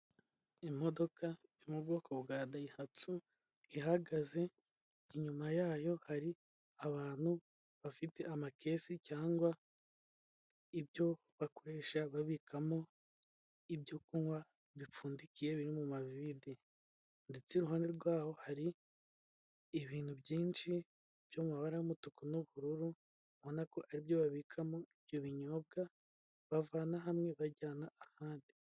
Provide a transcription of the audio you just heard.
Imodoka yo mu bwoko bwa dayihatsu ihagaze, inyuma yayo hari abantu bafite amakesi cyangwa ibyo bakoresha babikamo ibyo kunywa bipfundikiye, biri mu mavide ndetse iruhande rwaho, hari ibintu byinshi byo mu mabara y'umutuku n'ubururu, ubona ko ari byo babikamo ibyo binyobwa, bavana hamwe bajyana ahandi.